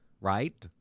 right